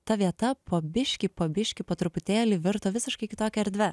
ta vieta po biškį po biškį po truputėlį virto visiškai kitokia erdve